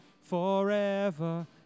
forever